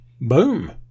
Boom